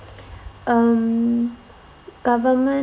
um government